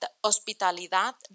hospitalidad